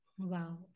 Wow